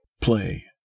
Play